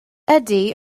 ydy